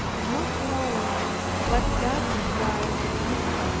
and not knowing what god required of me.